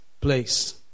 place